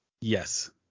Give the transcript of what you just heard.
Yes